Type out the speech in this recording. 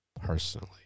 personally